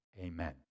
Amen